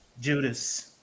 Judas